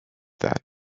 that